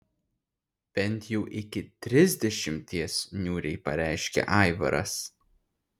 bent jau iki trisdešimties niūriai pareiškė aivaras